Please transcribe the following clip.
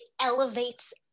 elevates